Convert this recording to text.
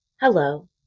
Hello